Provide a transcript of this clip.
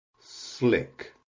slick